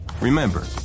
Remember